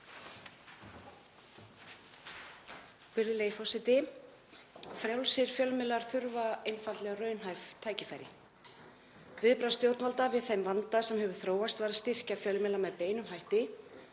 Virðulegi forseti. Frjálsir fjölmiðlar þurfa einfaldlega raunhæf tækifæri. Viðbrögð stjórnvalda við þeim vanda sem hefur þróast var að styrkja fjölmiðla með beinum hætti